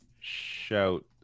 shout